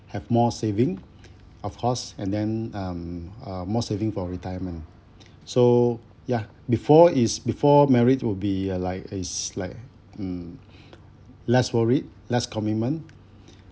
have more saving of course and then um uh more saving for retirement so ya before is before marriage will be uh like is like mm less worried less commitment